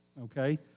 okay